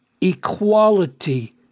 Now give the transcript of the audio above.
equality